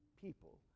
people